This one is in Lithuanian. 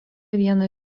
vieną